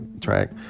track